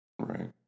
Right